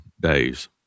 days